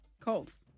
Colts